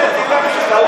לא, אבל יש לך משהו חדש.